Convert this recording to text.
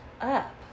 up